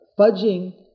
fudging